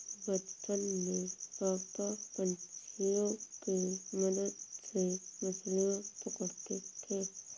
बचपन में पापा पंछियों के मदद से मछलियां पकड़ते थे